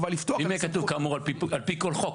אם יהיה כתוב: כאמור על פי כל חוק?